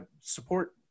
support